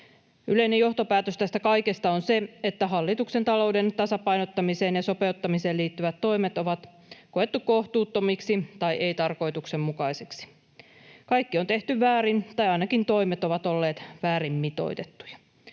Yleinen johtopäätös tästä kaikesta on se, että hallituksen talouden tasapainottamiseen ja sopeuttamiseen liittyvät toimet on koettu kohtuuttomiksi tai ei-tarkoituksenmukaisiksi. Kaikki on tehty väärin, tai ainakin toimet ovat olleet väärin mitoitettuja.